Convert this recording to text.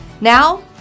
Now